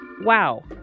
Wow